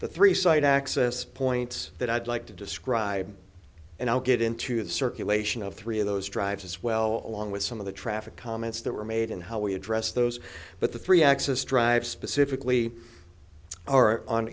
the three side access points that i'd like to describe and i'll get into the circulation of three of those drives as well along with some of the traffic comments that were made in how we address those but the three axis drive specifically are on